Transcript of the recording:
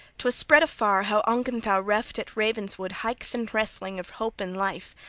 twas spread afar how ongentheow reft at ravenswood haethcyn hrethling of hope and life,